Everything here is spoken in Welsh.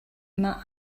mae